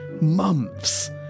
Months